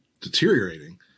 deteriorating